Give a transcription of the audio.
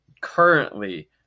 currently